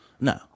No